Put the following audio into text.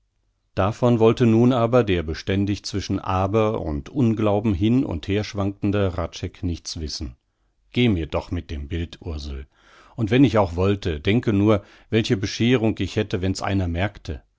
davon wollte nun aber der beständig zwischen aber und unglauben hin und her schwankende hradscheck nichts wissen geh mir doch mit dem bild ursel und wenn ich auch wollte denke nur welche bescheerung ich hätte wenn's einer merkte